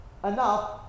Enough